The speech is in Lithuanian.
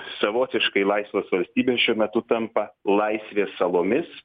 savotiškai laisvosios valstybės šiuo metu tampa laisvės salomis